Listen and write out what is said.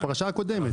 כן, הפרשה הקודמת.